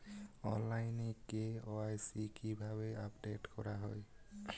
অনলাইনে কে.ওয়াই.সি কিভাবে আপডেট করা হয়?